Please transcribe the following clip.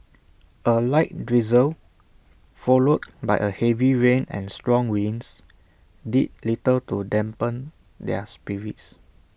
A light drizzle followed by A heavy rain and strong winds did little to dampen their spirits